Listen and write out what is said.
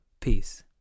Peace